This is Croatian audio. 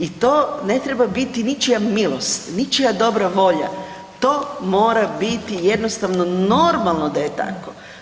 I to ne treba biti ničija milost, ničija dobra volja, to mora biti jednostavno, normalno da je tako.